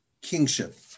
kingship